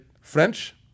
French